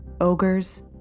ogres